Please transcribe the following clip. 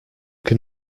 can